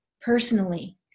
personally